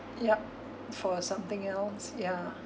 yup for something else yeah